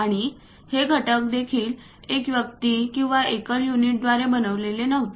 आणि हे घटक देखील एक व्यक्ती किंवा एकल युनिट द्वारे बनविलेले नव्हते